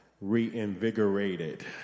reinvigorated